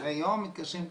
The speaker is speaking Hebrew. אחרי יום מתקשרים,